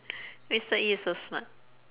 mister E is so smart